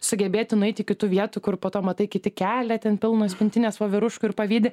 sugebėti nueiti iki tų vietų kur po to matai kiti kelia tik pilnas pintines voveruškų ir pavydi